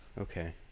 Okay